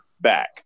back